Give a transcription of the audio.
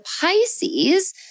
Pisces